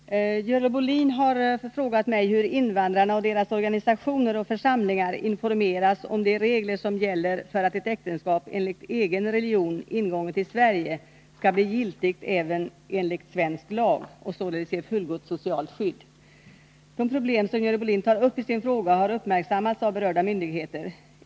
Herr talman! Görel Bohlin har frågat mig hur invandrarna och deras organisationer och församlingar informeras om de regler som gäller för att ett äktenskap enligt egen religion ingånget i Sverige skall bli giltigt även enligt svensk lag och således ge fullgott socialt skydd. De problem som Görel Bohlin tar upp i sin fråga har uppmärksammats av berörda myndigheter.